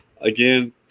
Again